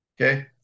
Okay